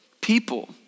people